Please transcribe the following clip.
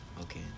Okay